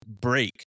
break